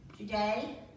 Today